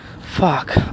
Fuck